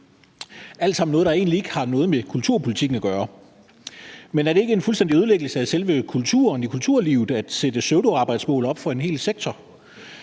alt sammen noget, der egentlig ikke har noget med kulturpolitikken at gøre. Men er det ikke en fuldstændig ødelæggelse af selve kulturlivet at sætte pseudoarbejdsmål op for en hel sektor?